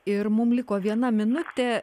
ir mum liko viena minutė